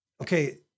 Okay